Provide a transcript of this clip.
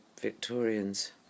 victorians